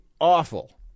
awful